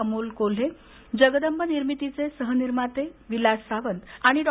अमोल कोल्हे जगदंब निर्मितचे सहनिर्माते विलास सावत आणि डॉ